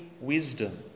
wisdom